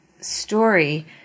story